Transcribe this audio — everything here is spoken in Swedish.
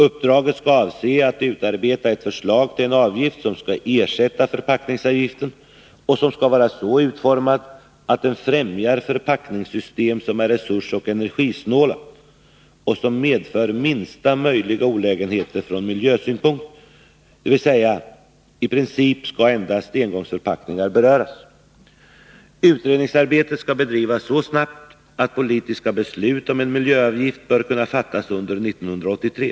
Uppdraget skall avse att utarbeta ett förslag till en avgift som skall ersätta förpackningsavgiften och som skall vara så utformad att den främjar förpackningssystem som är resursoch energisnåla och som medför minsta möjliga olägenheter från miljösynpunkt, dvs. i princip skall endast engångsförpackningar beröras. Utredningsarbetet skall bedrivas så snabbt att politiska beslut om en miljöavgift bör kunna fattas under år 1983.